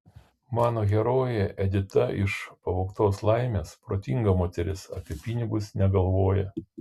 mano herojė edita iš pavogtos laimės protinga moteris apie pinigus negalvoja